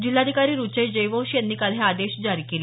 जिल्हाधिकारी रुचेश जयवंशी यांनी काल हे आदेश जारी केले